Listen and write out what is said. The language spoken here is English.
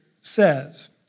says